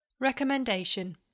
Recommendation